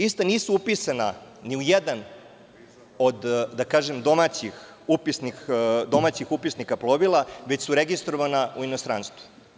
Ista nisu upisana ni u jedan od domaćih upisnika plovila, već su registrovana u inostranstvu.